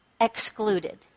excluded